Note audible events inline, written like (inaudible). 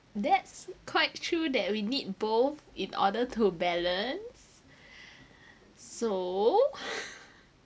that's quite true that we need both in order to balance (breath) so (laughs)